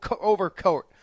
overcoat